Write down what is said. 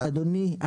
אדוני,